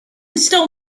stole